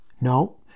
No